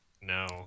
No